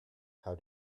how